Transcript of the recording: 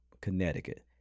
Connecticut